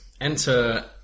enter